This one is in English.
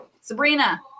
Sabrina